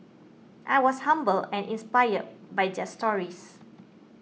I was humbled and inspired by stories